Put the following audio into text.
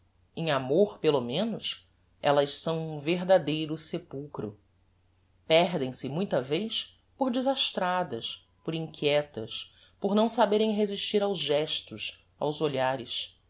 em amor pelo menos elas são um verdadeiro sepulchro perdem-se muita vez por desastradas por inquietas por não saberem resistir aos gestos aos olhares